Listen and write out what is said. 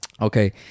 okay